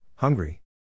Hungry